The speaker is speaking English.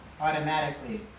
automatically